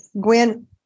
Gwen